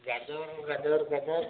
ଗାଜର ଗାଜର ଗାଜର